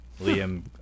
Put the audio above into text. Liam